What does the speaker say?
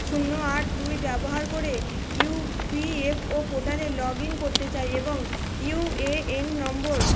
শূন্য আট দুই ব্যবহার করে ইউপিএফও পোর্টালে লগ ইন করতে চাই এবং ইউএএন নম্বর